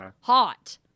hot